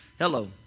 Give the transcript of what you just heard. Hello